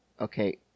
Okay